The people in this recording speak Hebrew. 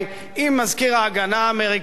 עם מזכיר ההגנה האמריקני,